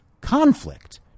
conflict